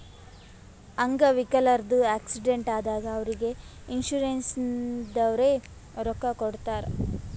ಅಂಗ್ ವಿಕಲ್ರದು ಆಕ್ಸಿಡೆಂಟ್ ಆದಾಗ್ ಅವ್ರಿಗ್ ಇನ್ಸೂರೆನ್ಸದವ್ರೆ ರೊಕ್ಕಾ ಕೊಡ್ತಾರ್